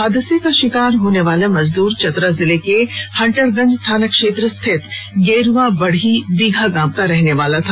हादसे का शिकार होने वाला मजदूर चतरा जिले के हंटरगंज थाना क्षेत्र स्थित गेरुआ बढ़ही बीघा गांव का रहने वाला था